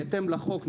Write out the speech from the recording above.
בהתאם לחוק,